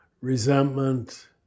resentment